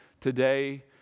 today